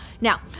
Now